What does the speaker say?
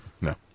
No